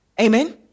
Amen